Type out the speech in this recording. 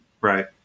Right